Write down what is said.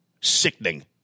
sickening